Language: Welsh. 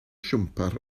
siwmper